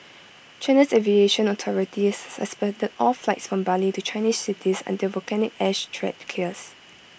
China's aviation authority has suspended all flights from Bali to Chinese cities until volcanic ash threat clears